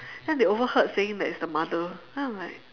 then they overheard saying that it's the mother then I'm like